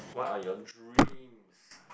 what are your dreams